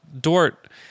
Dort